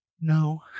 No